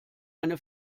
eine